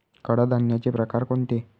कडधान्याचे प्रकार कोणते?